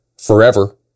forever